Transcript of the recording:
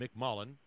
McMullen